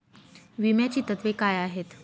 विम्याची तत्वे काय आहेत?